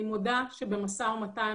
אני מודה שבמשא ומתן